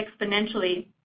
exponentially